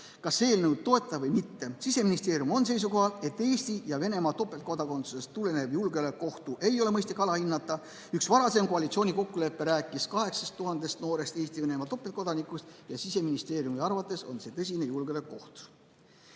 kas eelnõu toetada või mitte. Siseministeerium on seisukohal, et Eesti ja Venemaa topeltkodakondsusest tulenevat julgeolekuohtu ei ole mõistlik alahinnata. Üks varasem koalitsiooni kokkulepe rääkis 8000 noorest Eesti-Venemaa topeltkodanikust ja Siseministeeriumi arvates on see tõsine julgeolekuoht.